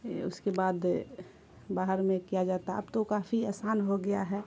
اس کے بعد باہر میں کیا جاتا ہے اب تو کافی آسان ہو گیا ہے